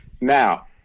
Now